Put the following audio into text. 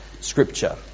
scripture